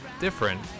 different